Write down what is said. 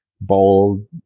bold